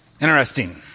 Interesting